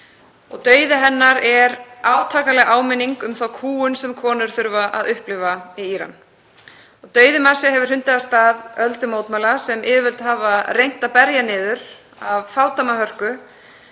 Dauði hennar er átakanleg áminning um þá kúgun sem konur þurfa að upplifa í Íran. Dauði Mahsa hefur hrundið af stað öldu mótmæla sem yfirvöld hafa reynt að berja niður af fádæma hörku.